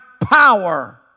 power